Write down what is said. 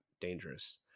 dangerous